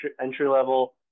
entry-level